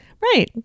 Right